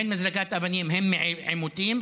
הן מזריקת אבנים והן מעימותים,